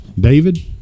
David